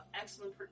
excellent